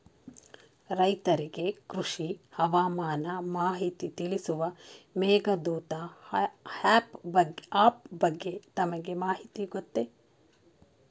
ರೈತರಿಗೆ ಕೃಷಿ ಹವಾಮಾನ ಮಾಹಿತಿ ತಿಳಿಸುವ ಮೇಘದೂತ ಆಪ್ ಬಗ್ಗೆ ತಮಗೆ ಮಾಹಿತಿ ಗೊತ್ತೇ?